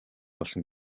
болсон